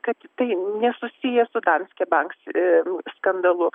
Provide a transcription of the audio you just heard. kad tai nesusiję su danske bank aa skandalu